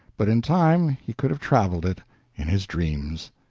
but in time he could have traveled it in his dreams.